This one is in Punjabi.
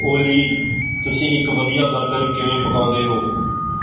ਓਲੀ ਤੁਸੀਂ ਇੱਕ ਵਧੀਆ ਬਰਗਰ ਕਿਵੇਂ ਪਕਾਉਂਦੇ ਹੋ